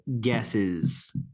guesses